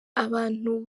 abantu